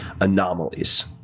anomalies